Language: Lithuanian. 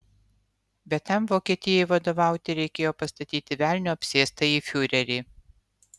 bet tam vokietijai vadovauti reikėjo pastatyti velnio apsėstąjį fiurerį